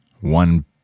one